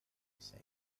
said